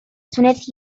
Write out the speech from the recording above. تونست